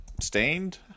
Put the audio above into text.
stained